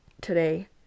today